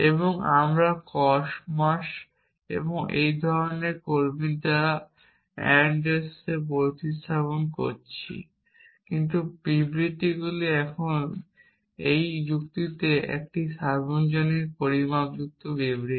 এবং আমরা comas এবং এই ধরনের কর্মীদের দ্বারা ands প্রতিস্থাপন করছি কিন্তু বিবৃতিগুলি এখনও একই তারা এখনও যুক্তিতে একই সার্বজনীন পরিমাপযুক্ত বিবৃতি